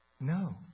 No